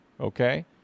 Okay